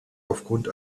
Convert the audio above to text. aufgrund